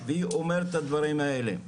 והיא אומרת את הדברים האלה,